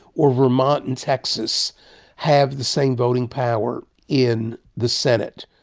or vermont and texas have the same voting power in the senate.